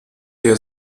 der